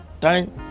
time